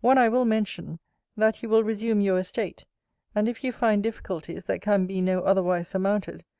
one i will mention that you will resume your estate and if you find difficulties that can be no otherwise surmounted,